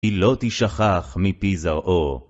היא לא תשכח מפי זרעו.